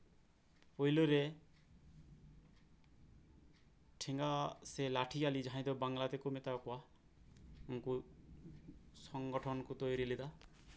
ᱴᱷᱮᱸᱜᱟ ᱥᱮ ᱞᱟᱴᱷᱤᱭᱟᱞᱤ ᱡᱟᱦᱟᱸᱭ ᱫᱚ ᱵᱟᱝᱞᱟ ᱛᱮᱫᱚ ᱢᱮᱛᱟᱣᱟᱠᱚᱣᱟ ᱩᱱᱠᱩ ᱥᱚᱝᱜᱚᱴᱷᱚᱱ ᱠᱚ ᱛᱮᱭᱟᱨ ᱞᱮᱫᱟ ᱟᱨ ᱚᱱᱟ ᱢᱚᱫᱽᱫᱷᱮ ᱛᱮᱜᱮ